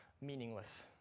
meaningless